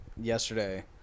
Yesterday